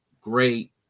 great